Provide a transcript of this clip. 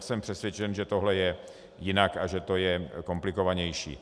Jsem přesvědčen, že tohle je jinak a že to je komplikovanější.